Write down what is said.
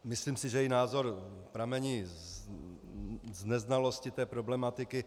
Myslím si, že její názor pramení z neznalosti té problematiky.